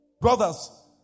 Brothers